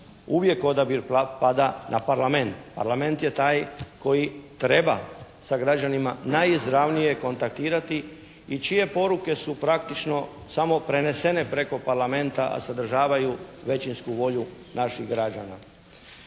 uvijek odabir pada na Parlament. Parlament je taj koji treba sa građanima najizravnije kontaktirati i čije poruke su praktično samo prenesene preko Parlamenta a sadržavaju većinsku volju naših građana.